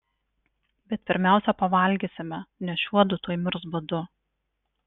bet pirmiausia pavalgysime nes šiuodu tuoj mirs badu